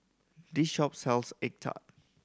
this shop sells egg tart